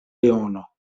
leono